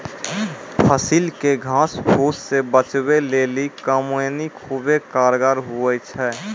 फसिल के घास फुस से बचबै लेली कमौनी खुबै कारगर हुवै छै